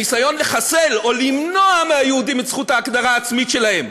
הניסיון לחסל או למנוע מהיהודים את זכות ההגדרה העצמית שלהם,